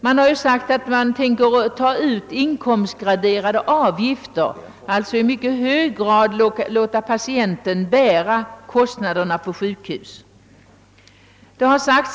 Det har sagts att man har för avsikt att ta ut inkomstgraderade avgifter och alltså i mycket hög grad låta patienterna bära kostnaderna för sjukhusvistelsen.